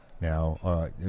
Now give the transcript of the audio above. Now